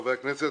חברי הכנסת,